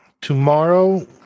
Tomorrow